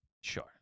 Sure